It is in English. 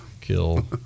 kill